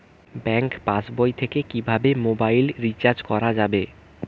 Bank পাশবই থেকে কিভাবে মোবাইল রিচার্জ করা যাবে?